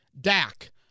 Dak